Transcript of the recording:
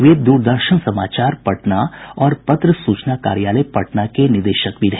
वे दूरदर्शन समाचार पटना और पत्र सूचना कार्यालय पटना के निदेशक भी रहे